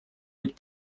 быть